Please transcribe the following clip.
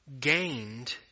gained